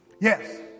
Yes